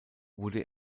wurde